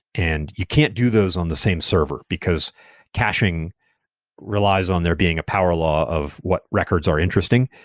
and you can't do those on the same server, because caching relies on there being a power law of what records are interesting.